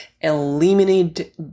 eliminate